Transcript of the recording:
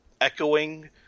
echoing